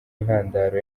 intandaro